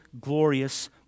glorious